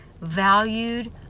valued